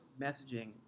messaging